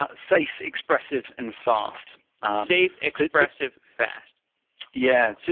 ah safe, expressive, and fast safe, expressive, fast yeah.